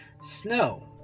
snow